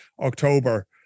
October